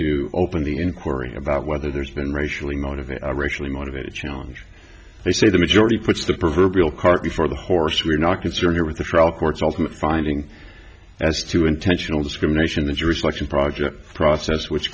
to open the inquiry about whether there's been racially motivated racially motivated challenge they say the majority puts the proverbial cart before the horse we're not concerned here with the trial court's ultimate finding as to intentional discrimination that your selection project process which